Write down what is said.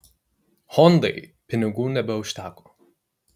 hondai pinigų nebeužteko